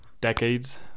decades